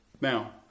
Now